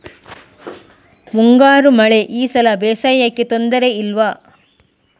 ಮುಂಗಾರು ಮಳೆ ಈ ಸಲ ಬೇಸಾಯಕ್ಕೆ ತೊಂದರೆ ಇಲ್ವ?